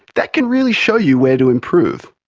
that can really show you where to improve.